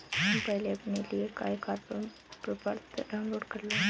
तुम पहले अपने लिए आयकर प्रपत्र डाउनलोड कर लेना